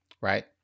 right